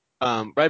right